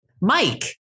Mike